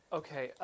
okay